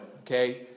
okay